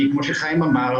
כי כמו שחיים אמר,